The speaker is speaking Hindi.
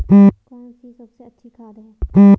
कौन सी सबसे अच्छी खाद है?